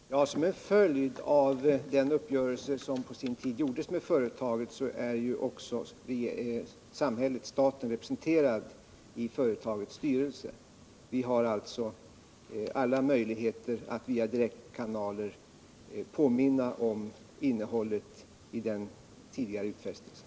Herr talman! Som en följd av den uppgörelse som på sin tid träffades med företaget är staten representerad i företagets styrelse. Vi har alltså alla möjligheter att via direktkanaler påminna om innehållet i den tidigare utfästelsen.